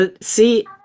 See